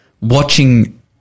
watching